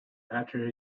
after